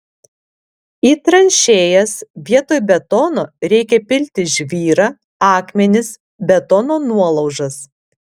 į tranšėjas vietoj betono reikia pilti žvyrą akmenis betono nuolaužas